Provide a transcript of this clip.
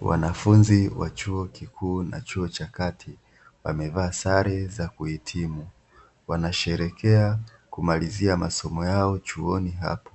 Wanafunzi wa chuo kikuu na chuo cha kati, wamevaa sare za kuhitimu. Wanasherehekea kumalizia masomo yao chuoni hapo.